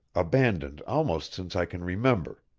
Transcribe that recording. abandoned almost since i can remember.